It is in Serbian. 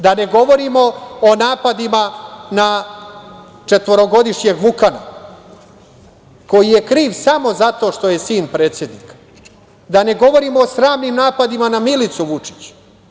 Da ne govorimo o napadima na četvorogodišnjeg Vukana, koji je kriv samo zato što je sin predsednika, da ne govorimo o sramnim napadima na Milicu Vučić.